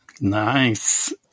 Nice